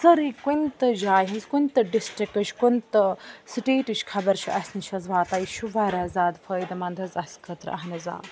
سٲرٕے کُنہِ تہِ جایہِ ہٕنٛز کُنہِ تہِ ڈِسٹِرٛکٕچ کُنہِ تہِ سِٹیٹٕچ خبر چھِ اَسہِ نِش حظ واتان یہِ چھُ واریاہ زیادٕ فٲیدٕ مَنٛد حظ اَسہِ خٲطرٕ اہن حظ آ